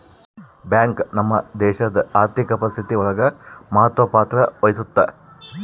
bank ನಮ್ ದೇಶಡ್ ಆರ್ಥಿಕ ಪರಿಸ್ಥಿತಿ ಒಳಗ ಮಹತ್ವ ಪತ್ರ ವಹಿಸುತ್ತಾ